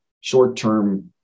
short-term